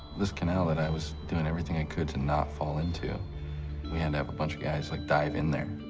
this canal that i was doing everything i could to not fall into, we had to have a bunch of guys, like, dive in there.